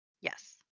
Yes